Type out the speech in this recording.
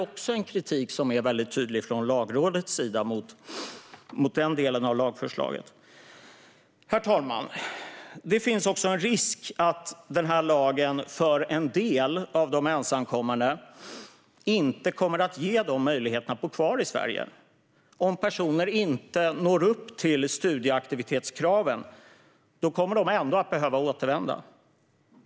Lagrådet framför tydlig kritik också mot denna del av lagförslaget. Herr talman! Det finns också en risk för att lagen inte kommer att ge en del av de ensamkommande möjligheten att bo kvar i Sverige. Om personer inte når upp till studieaktivitetskraven kommer de ändå att behöva återvända.